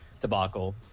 Debacle